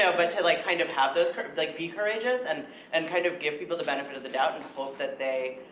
know, but to like kind of have those, kind of like be courageous, and and kind of give people the benefit of the doubt, and hope that they,